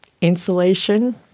Insulation